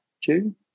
June